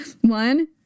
One